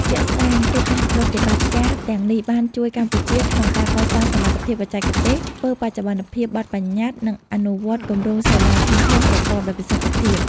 ជាក់ស្តែង កិច្ចសហប្រតិបត្តិការទាំងនេះបានជួយកម្ពុជាក្នុងការកសាងសមត្ថភាពបច្ចេកទេស ធ្វើបច្ចុប្បន្នភាពបទប្បញ្ញត្តិ និងអនុវត្តគម្រោងសូឡាធំៗប្រកបដោយប្រសិទ្ធភាព។